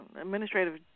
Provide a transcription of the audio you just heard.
administrative